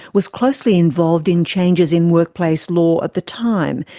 was closely involved in changes in workplace law at the time,